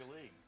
League